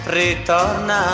ritorna